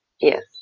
Yes